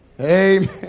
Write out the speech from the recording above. Amen